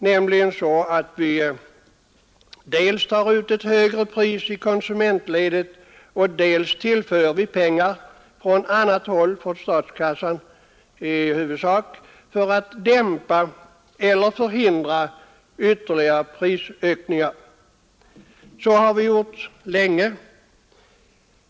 som innebär att vi dels tar ut högre priser i konsumentledet, dels tillför pengar från annat håll — från statskassan i huvudsak — för att dämpa eller förhindra ytterligare prishöjningar. Så har vi gjort länge.